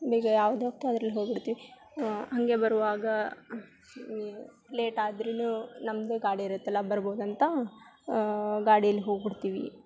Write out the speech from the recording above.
ಬೇಗ ಯಾವುದು ಹೋಗತ್ತೆ ಅದರಲ್ಲಿ ಹೋಗ್ಬಿಡ್ತೀವಿ ಹಾಗೆ ಬರುವಾಗ ಲೇಟಾದರೂನು ನಮ್ಮದೇ ಗಾಡಿರುತ್ತಲ್ಲ ಆಗ ಬರ್ಬೋದಂತ ಗಾಡಿಯಲ್ಲಿ ಹೋಗ್ಬಿಡ್ತೀವಿ